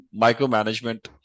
micromanagement